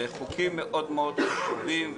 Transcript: זה חוקים מאוד מאוד חשובים,